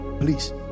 please